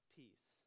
peace